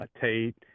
Tate